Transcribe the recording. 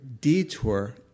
detour